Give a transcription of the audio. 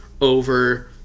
over